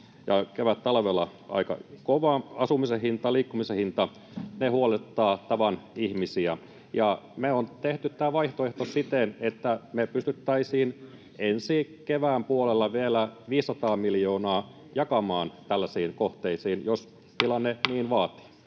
kevättalvella aika kova ja asumisen hinta ja liikkumisen hinta huolettavat tavan ihmisiä. Me ollaan tehty tämä vaihtoehto siten, että me pystyttäisiin ensi kevään puolella vielä 500 miljoonaa jakamaan tällaisiin kohteisiin, jos tilanne niin vaatii.